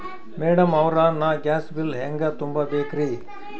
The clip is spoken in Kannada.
ಮೆಡಂ ಅವ್ರ, ನಾ ಗ್ಯಾಸ್ ಬಿಲ್ ಹೆಂಗ ತುಂಬಾ ಬೇಕ್ರಿ?